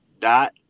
dot